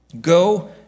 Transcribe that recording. Go